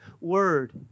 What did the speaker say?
word